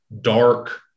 dark